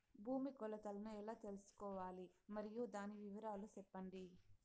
భూమి కొలతలను ఎలా తెల్సుకోవాలి? మరియు దాని వివరాలు సెప్పండి?